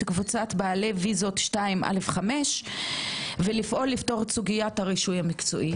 קבוצת בעלי וויזות 2א'5 ולפעול לפתור את סוגיית הרישוי המקצועי,